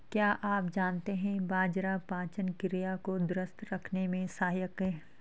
क्या आप जानते है बाजरा पाचन क्रिया को दुरुस्त रखने में सहायक हैं?